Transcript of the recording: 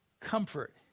comfort